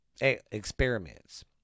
experiments